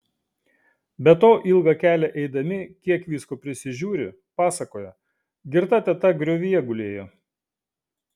be to ilgą kelią eidami kiek visko prisižiūri pasakoja girta teta griovyje gulėjo